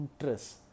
interest